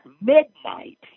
midnight